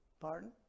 pardon